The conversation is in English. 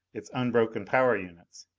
its unbroken power units.